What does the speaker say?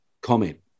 comment